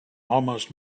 almost